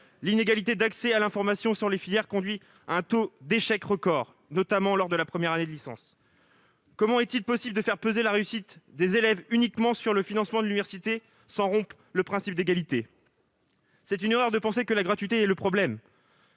l'inégalité d'accès à l'information sur les filières conduit à des taux d'échec record, notamment lors de la première année de licence. Comment est-il possible de faire peser la réussite des élèves uniquement sur le financement de l'université sans rompre le principe d'égalité ? C'est une erreur de penser que la gratuité est le problème.